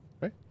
right